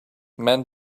men